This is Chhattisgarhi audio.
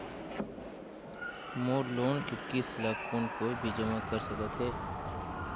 मोर लोन के किस्त ल कौन कोई भी जमा कर सकथे?